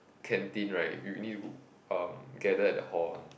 canteen right we will need to uh gather at the hall [one]